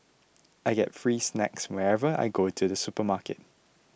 I get free snacks whenever I go to the supermarket